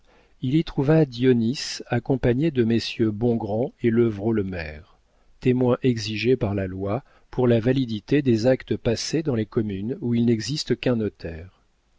il y trouva dionis accompagné de messieurs bongrand et levrault le maire témoins exigés par la loi pour la validité des actes passés dans les communes où il n'existe qu'un notaire